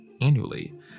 annually